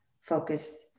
focus